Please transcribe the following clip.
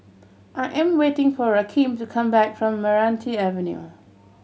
I am waiting for Rakeem to come back from Meranti Avenue